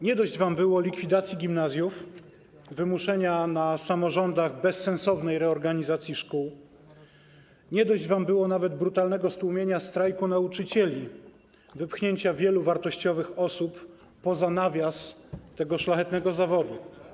Nie dość wam było likwidacji gimnazjów, wymuszenia na samorządach bezsensownej reorganizacji szkół, nie dość wam było nawet brutalnego stłumienia strajku nauczycieli, wypchnięcia wielu wartościowych osób poza nawias tego szlachetnego zawodu.